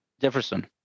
Jefferson